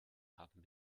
haben